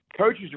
coaches